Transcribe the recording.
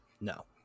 No